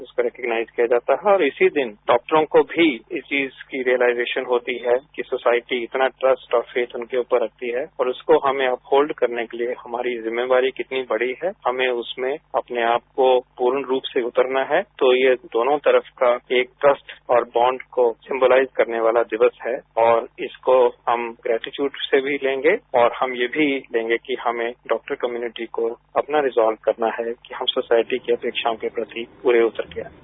उसको रिकोगनाइज किया जाता है और इसी दिन डॉक्टरों को भी इस चीज की रिलाइजेशन होती है कि सोसायटी इतना ट्रस्ट और फेथ उनके ऊपर रखती है और उसको हमें अफोर्ड करने के लिए हमारी जिम्मेवारी कितनी बडी है हमें उसमें अपने आपको पूर्ण रूप से उतारना है तो यह दोनों तरफ का एक ट्रस्ट और बॉड़ तो सिम्बेलाइज करने वाला दिवस है और इसको हमें ग्रेजूटेट से भी लेंगे और हम ये भी लेंगे कि हमें डॉक्टर कम्पूनिटी को कितना रिजोवल करना है कि हम सोसायटी की अपेक्षाओं के प्रति पूरे उतर के आयें